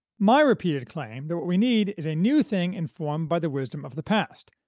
my repeated claim that what we need is a new thing informed by the wisdom of the past,